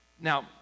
Now